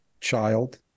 child